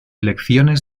lecciones